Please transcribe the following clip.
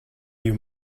your